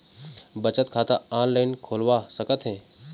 बचत खाता ऑनलाइन खोलवा सकथें?